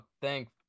Thank